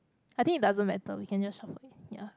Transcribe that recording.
I think it doesn't matter we can just shuffle ya